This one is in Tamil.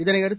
இதனையடுத்து